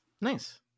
Nice